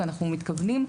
ואנחנו מתכוונים,